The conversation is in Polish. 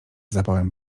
zapałem